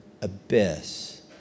abyss